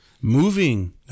moving